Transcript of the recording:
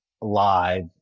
live